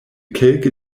kelke